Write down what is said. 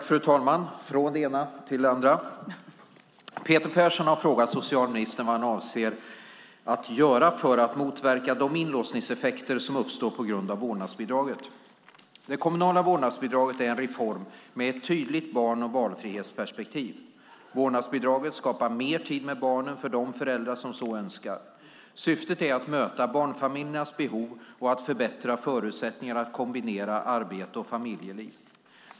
Fru talman! Peter Persson har frågat socialministern vad han avser att göra för att motverka de inlåsningseffekter som uppstår på grund av vårdnadsbidraget. Det kommunala vårdnadsbidraget är en reform med ett tydligt barn och valfrihetsperspektiv. Vårdnadsbidraget skapar mer tid med barnen för de föräldrar som så önskar. Syftet är att möta barnfamiljernas behov och att förbättra förutsättningarna att kombinera arbete och familjeliv.